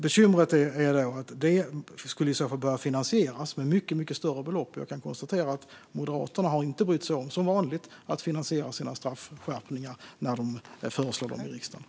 Bekymret är att detta i så fall skulle behöva finansieras med mycket större belopp. Jag kan konstatera att Moderaterna som vanligt inte har brytt sig om att finansiera de straffskärpningar som de föreslår i riksdagen.